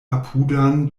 apudan